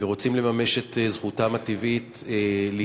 ורוצים לממש את זכותם הטבעית להתפלל,